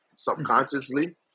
subconsciously